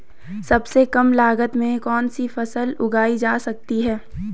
सबसे कम लागत में कौन सी फसल उगाई जा सकती है